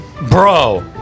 Bro